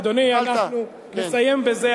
אדוני, אנחנו נסיים בזה.